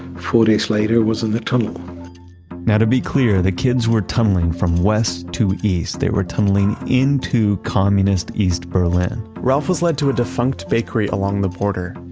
four days later i was in the tunnel now to be clear, the kids were tunneling from west to east. they were tunneling into communist east berlin. ralph was led to a defunct bakery along the border.